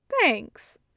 Thanks